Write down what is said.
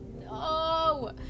no